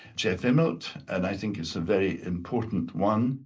jeff immelt, and i think it's a very important one.